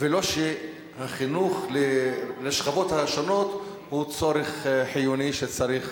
ולא שהחינוך לשכבות השונות הוא צורך חיוני שצריך